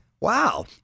Wow